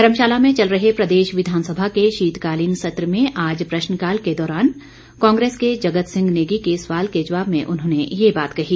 धर्मशाला में चल रहे प्रदेश विधानसभा के शीतकालीन सत्र में आज प्रश्नकाल के दौरान कांग्रेस के जगत सिंह नेगी के सवाल के जवाब में उन्होंने ये बात कही